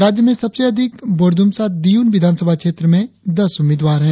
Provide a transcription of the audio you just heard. राज्य में सबसे अधिक बोरदुमसा दियुन विधानसभा क्षेत्र से दस उम्मीदवार है